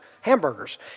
Hamburgers